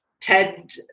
TED